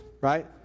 Right